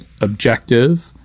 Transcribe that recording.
objective